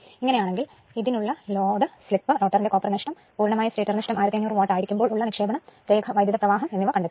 ഇങ്ങനെ ആണെങ്കിൽ ഇതിനുള്ള ലോഡ് സ്ലിപ് റോട്ടറിന്റെ കോപ്പർ നഷ്ടം പൂർണമായ സ്റ്റേറ്റർ നഷ്ടം 1500 വാട്ട് ആയിരിക്കുമ്പോൾ ഉള്ള നിക്ഷേപണം രേഖ വൈദ്യുതപ്രവാഹം എന്നിവ കണ്ടെത്തുക